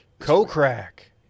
Co-crack